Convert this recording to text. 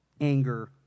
anger